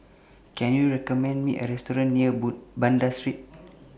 Can YOU recommend Me A Restaurant near Banda Street